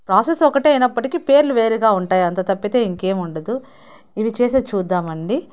process ఒకటే అయినప్పటకీ పేర్లు వేరుగా ఉంటాయి అంత తప్పితే ఇంకేం ఉండదు ఇవి చేసేది చూద్దామండి